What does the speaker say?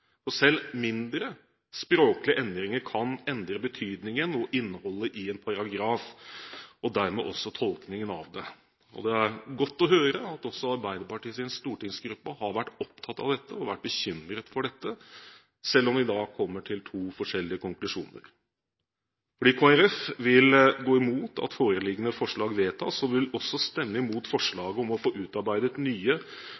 for selv mindre språklige endringer kan endre betydningen og innholdet i en paragraf og dermed også tolkningen av den. Det er godt å høre at også Arbeiderpartiets stortingsgruppe har vært opptatt av dette, og vært bekymret for dette, selv om vi da kommer til to forskjellige konklusjoner. Kristelig Folkeparti vil gå imot at foreliggende forslag vedtas, og vil også stemme imot